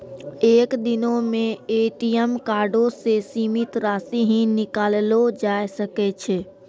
एक दिनो मे ए.टी.एम कार्डो से सीमित राशि ही निकाललो जाय सकै छै